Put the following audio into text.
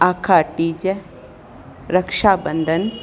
आखा टीज रक्षाॿंधन